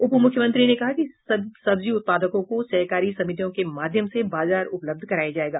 उप मुख्यमंत्री ने कहा कि सब्जी उत्पादकों को सहकारी समितियों के माध्यम से बाजार उपलब्ध कराया जायेगा